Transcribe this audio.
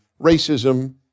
racism